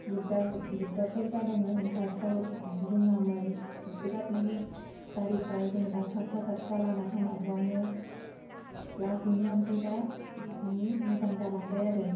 दिगदार दिगदारफोर जादोंमोन फास्तआव रोङामोन बिराथ मायनि गारि फ्रा जेनेबा थाबथा थाबथा लामा सामाफ्रावनो लासैनो आमफ्राय दा मानि मोजां जालांबाय आरो